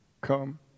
Come